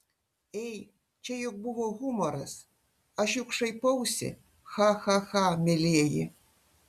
ei čia juk buvo humoras aš juk šaipausi cha cha cha mielieji